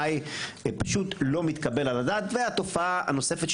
אנחנו פותחים את הדיון של הוועדה לביטחון פנים.